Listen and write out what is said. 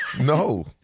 No